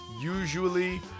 Usually